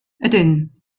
ydyn